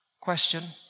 Question